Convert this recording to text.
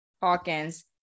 Hawkins